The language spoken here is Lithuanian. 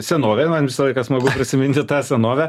senovę man visą laiką smagu prisiminti tą senovę